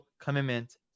commitment